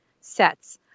sets